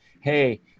hey